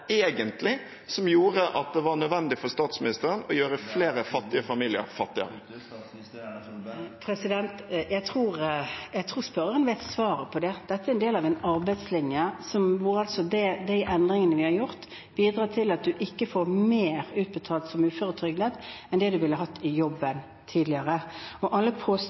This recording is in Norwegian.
egentlig som gjorde at det var nødvendig for statsministeren å gjøre flere fattige familier fattigere? Jeg tror spørreren vet svaret på det. Dette er en del av en arbeidslinje, hvor de endringene vi har gjort, bidrar til at man ikke får mer utbetalt som uføretrygdet enn det man ville hatt i jobb tidligere. Alle